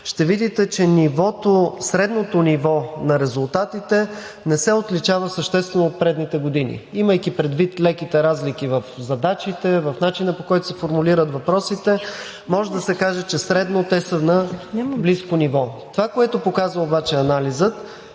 ще видите, че средното ниво на резултатите не се отличава съществено от предните години. Имайки предвид леките разлики в задачите, в начина, по който се формулират въпросите, може да се каже, че средно те са на близко ниво. Това обаче, което показа анализът,